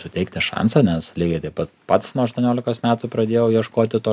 suteikt tą šansą nes lygiai taip pat pats nuo aštuoniolikos metų pradėjau ieškoti to